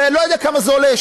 ואני לא יודע כמה זה עולה,